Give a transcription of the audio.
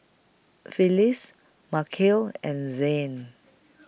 Phyllis Markel and Zane